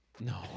No